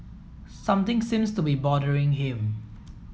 something seems to be bothering him